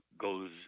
goes